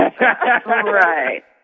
Right